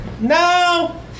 no